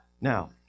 Now